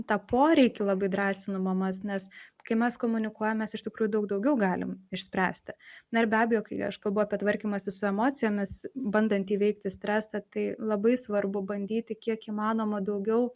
tą poreikį labai drąsinu mamas nes kai mes komunikuojam mes iš tikrųjų daug daugiau galim išspręsti na ir be abejo kai aš kalbu apie tvarkymąsi su emocijomis bandant įveikti stresą tai labai svarbu bandyti kiek įmanoma daugiau